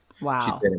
Wow